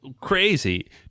Crazy